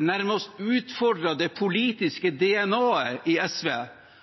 nærmest utfordrer det politiske DNA-et i SV